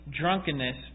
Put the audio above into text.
drunkenness